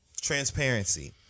Transparency